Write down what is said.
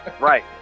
Right